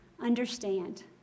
understand